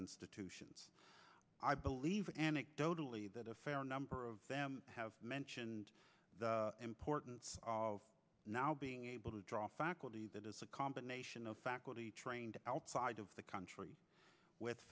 institutions i believe anecdotally that a fair number of them have mentioned the importance of now being able to draw faculty that is a combination of faculty trained outside of the country with